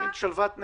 במין שלוות נפש.